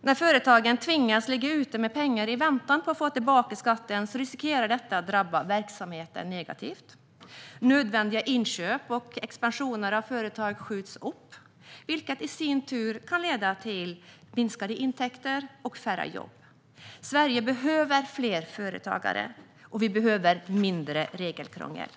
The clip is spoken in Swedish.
Att företagen tvingas att ligga ute med pengar i väntan på att få tillbaka skatten riskerar att påverka verksamheten negativt. Nödvändiga inköp och expansioner av företag skjuts upp, vilket i sin tur kan leda till minskade intäkter och färre jobb. Sverige behöver fler företagare, och vi behöver mindre regelkrångel.